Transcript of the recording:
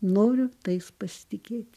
noriu tais pasitikėti